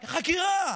לחקירה.